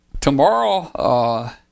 tomorrow